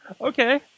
Okay